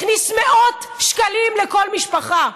הכניס מאות שקלים לכל משפחה,